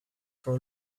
for